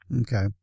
Okay